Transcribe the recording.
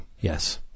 yes